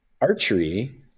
archery